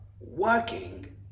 working